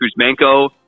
Kuzmenko